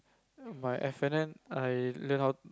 my F-and-N I learn how